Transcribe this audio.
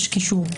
יש קישור.